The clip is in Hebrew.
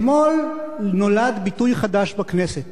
אתמול נולד ביטוי חדש בכנסת,